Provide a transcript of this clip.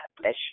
bless